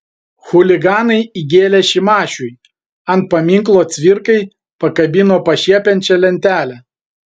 chuliganai įgėlė šimašiui ant paminklo cvirkai pakabino pašiepiančią lentelę